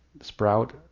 sprout